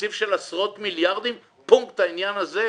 מתקציב של עשרות מיליארדים דווקא העניין הזה?